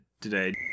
today